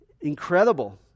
incredible